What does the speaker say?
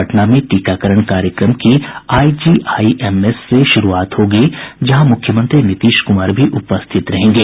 पटना में टीकाकरण कार्यक्रम की आईजीआईएमएस से शुरूआत होगी जहां मुख्यमंत्री नीतीश कुमार भी उपस्थित रहेंगे